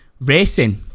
racing